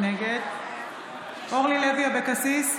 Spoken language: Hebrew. נגד אורלי לוי אבקסיס,